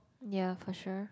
yea for sure